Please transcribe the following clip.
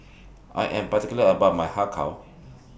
I Am particular about My Har Kow